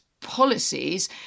policies